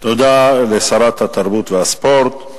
תודה לשרת התרבות והספורט,